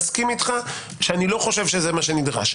מסכים איתך שאני לא חושב שזה מה שנדרש.